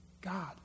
God